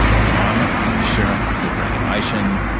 retirement, insurance, superannuation.